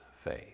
faith